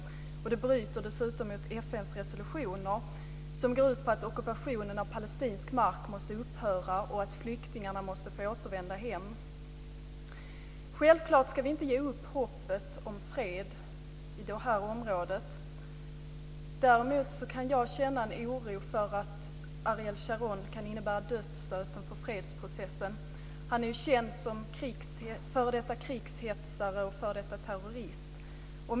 Det bryter dessutom mot FN:s resolutioner, som går ut på att ockupationen av palestinsk mark måste upphöra och att flyktingarna måste få återvända hem. Självklart ska vi inte ge upp hoppet om fred i detta område. Däremot kan jag känna en oro för att Ariel Sharon kan innebära dödsstöten för fredsprocessen. Han är känd som f.d. krigshetsare och f.d. terrorist.